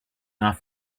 off